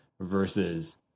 versus